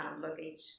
luggage